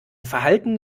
verhalten